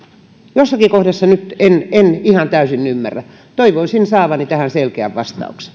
jossakin kohdassa nyt en en ihan täysin ymmärrä toivoisin saavani tähän selkeän vastauksen